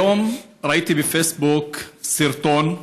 היום ראיתי בפייסבוק סרטון: